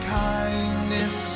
kindness